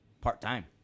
part-time